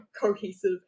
cohesive